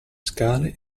scale